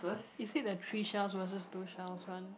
is it the three shells versus two shells one